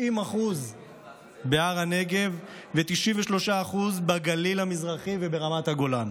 90% בהר הנגב ו-93% בגליל המזרחי וברמת הגולן.